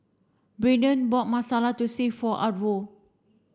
Braiden bought Masala Thosai for Arvo